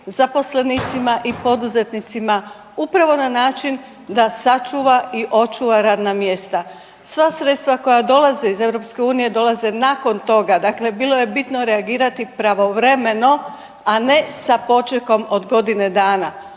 zaposlenicima i poduzetnicima upravo na način da sačuva i očuva radna mjesta. Sva sredstva koja dolaze iz Europske unije dolaze nakon toga. Dakle, bilo je bitno reagirati pravovremeno, a ne sa počekom od godine dana.